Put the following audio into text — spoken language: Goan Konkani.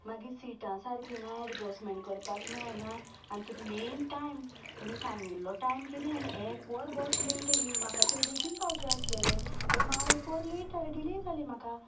मागीर सिटा सारकीं ना एजस्टेमेंट करपाक मेळना आनी तुमी मेन टायम तुमी सांगिल्लो टायम किदें आनी एक वर बस लेट आयली म्हाका थंय बेगीन पावचें आसलेलें बट हांव एक वर लेट जालें डिले जालें म्हाका